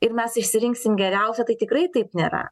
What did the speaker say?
ir mes išsirinksim geriausią tai tikrai taip nėra